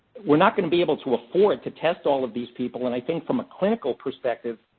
we're not going to be able to afford to test all of these people. and i think, from a clinical perspective,